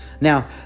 Now